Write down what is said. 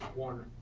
warner.